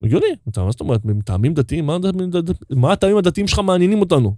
יוני, אתה מה זאת אומרת? מטעמים דתיים? מה הטעמים הדתיים שלך מעניינים אותנו?